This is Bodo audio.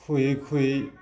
खुबैयै खुबैयै